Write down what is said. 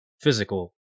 physical